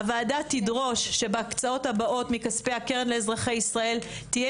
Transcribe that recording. הוועדה תדרוש שבהקצאות הבאות מכספי הקרן לאזרחי ישראל תהיה